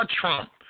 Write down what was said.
Trump